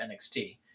NXT